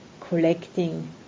collecting